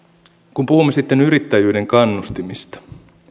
kun puhumme sitten yrittäjyyden kannustimista